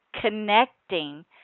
connecting